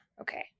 Okay